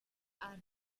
are